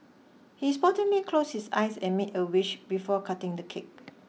he sportingly closed his eyes and made a wish before cutting the cake